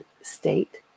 state